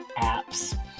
apps